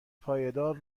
پایدار